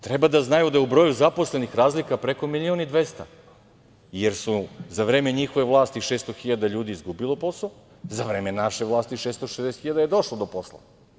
Treba da znaju da u broju zaposlenih razlika je preko milion i 200, jer su za vreme njihove vlasti 600 hiljada ljudi je izgubilo posao, za vreme naše vlasti 660 hiljada je došlo do posla.